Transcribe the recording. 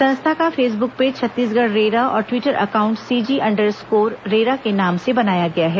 संस्था का Facebook page Chhattisgarh RERA और Twitter account CG underscore RERA के नाम से बनाया गया है